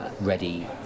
ready